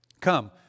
Come